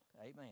Amen